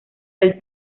del